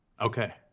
Okay